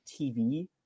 TV